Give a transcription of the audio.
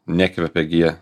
nekvepia gi jie